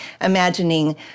imagining